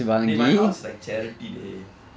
dey my house like charity dey